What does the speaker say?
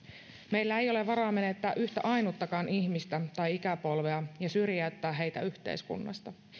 meillä ei ole varaa menettää yhtä ainuttakaan ihmistä tai ikäpolvea ja syrjäyttää heitä yhteiskunnasta